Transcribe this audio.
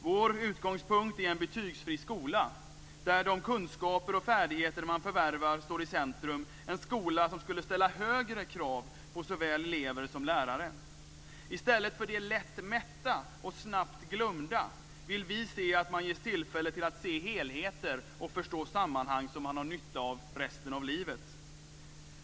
Vår utgångspunkt är en betygsfri skola, där de kunskaper och färdigheter man förvärvar står i centrum, en skola som skulle ställa högre krav på såväl elever som lärare. I stället för det lätt mätta och snabbt glömda vill vi se att man ges tillfälle till att se helheter och förstå sammanhang som man har nytta av resten av livet.